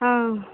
ಹಾಂ